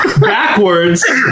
backwards